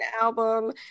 album